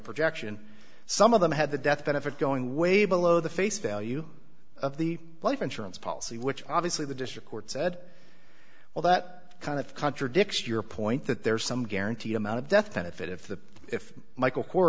projection some of them had the death benefit going way below the face value of the life insurance policy which obviously the district court said well that kind of contradicts your point that there's some guarantee amount of death benefit if the if michael